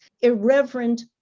irreverent